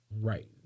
right